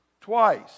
twice